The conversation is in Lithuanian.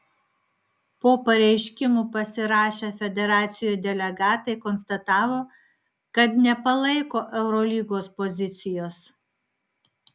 po pareiškimu pasirašę federacijų delegatai konstatavo kad nepalaiko eurolygos pozicijos